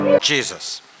Jesus